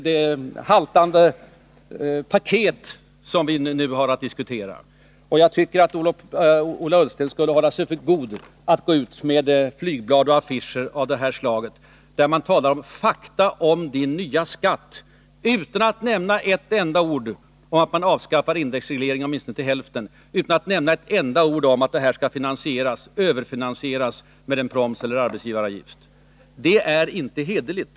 — det halvdana paket som vi nu har att diskutera. Jag tycker att Ola Ullsten skulle hålla sig för god för att gå ut med flygblad och affischer av det här slaget, där man talar om ”fakta om din nya skatt”, utan att nämna ett enda ord om att man avskaffar indexregleringen åtminstone till hälften och utan att nämna ett enda ord om att skatteomläggningen skall överfinansieras med en proms eller arbetsgivaravgift. Det är inte hederligt.